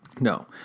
No